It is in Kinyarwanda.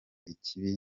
ikibi